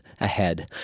ahead